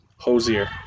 hosier